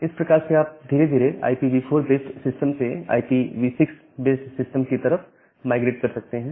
इस प्रकार से आप धीरे धीरे IPv4 बेस्ड सिस्टम से IPv6 बेस्ड सिस्टम की तरफ माइग्रेट कर सकते हैं